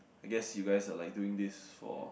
I guess you guys are like doing this for